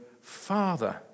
father